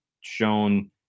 shown